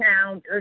town